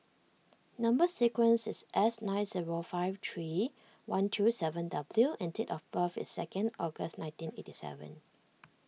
Number Sequence is S nine zero five three one two seven W and date of birth is second August nineteen eighty seven